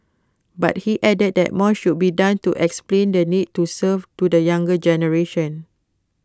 but he added that more should be done to explain the need to serve to the younger generation